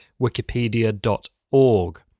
wikipedia.org